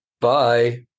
Bye